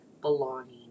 belonging